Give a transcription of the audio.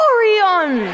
Orion